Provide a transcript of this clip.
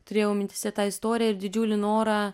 turėjau mintyse tą istoriją ir didžiulį norą